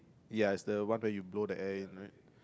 yes is the one where you blow the air in one